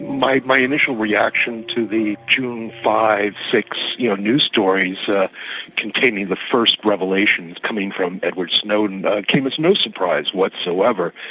my my initial reaction to the june five, six yeah news stories ah containing the first revelations coming from edward snowden came as no surprise whatsoever.